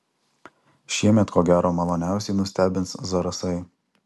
šiemet ko gero maloniausiai nustebins zarasai